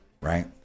right